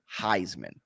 Heisman